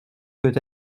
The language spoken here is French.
peut